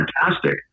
fantastic